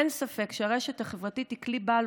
אין ספק שהרשת החברתית היא כלי בעל